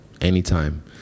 anytime